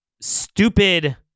stupid